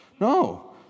No